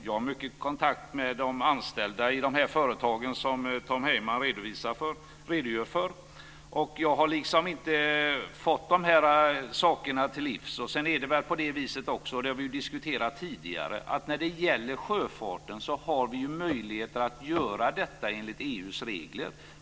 Jag har många kontakter med de anställda i de företag som Tom Heyman redogör för. Jag har inte fått mig detta till livs. Sedan är det väl så - och det har vi diskuterat tidigare - att när det gäller sjöfarten har vi möjligheter att göra detta enligt EU:s regler.